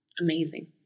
amazing